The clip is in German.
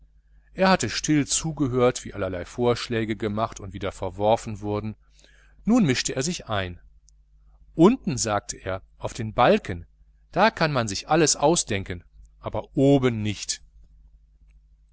er hatte still zugehört wie allerlei vorschläge gemacht und wieder verworfen wurden nun mischte er sich auch ein unten sagte er auf den balken da kann man sich alles ausdenken aber da oben nicht